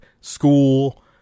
school